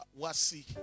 wasi